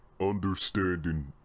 understanding